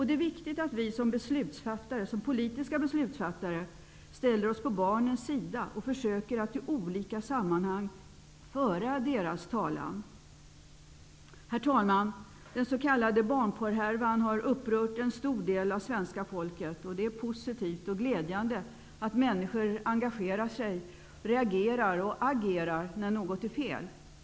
Det är viktigt att vi som politiska beslutsfattare ställer oss på barnens sida och försöker att i olika sammanhang föra deras talan. Herr talman! Den s.k. barnporrhärvan har upprört en stor del av svenska folket. Det är positivt och glädjande att människor engagerar sig, reagerar och agerar när något är fel.